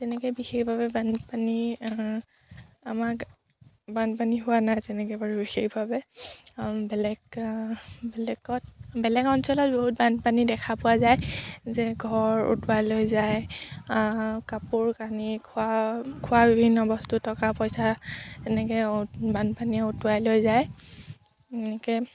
তেনেকৈ বিশেষভাৱে বানপানী আমাক বানপানী হোৱা নাই তেনেকৈ বাৰু বিশেষভাৱে বেলেগ বেলেগত বেলেগ অঞ্চলত বহুত বানপানী দেখা পোৱা যায় যে ঘৰ উটুৱাই লৈ যায় কাপোৰ কানি খোৱা খোৱা বিভিন্ন বস্তু টকা পইচা এনেকৈ বানপানীয়ে উটুৱাই লৈ যায় এনেকৈ